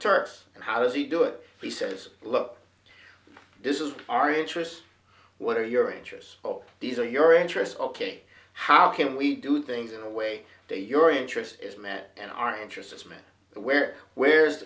turks and how does he do it he says look this is our interests what are your interests all these are your interests ok how can we do things in a way that your interest is met and our interests me where where's